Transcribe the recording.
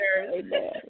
Amen